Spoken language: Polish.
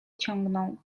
ciągnął